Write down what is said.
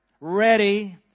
ready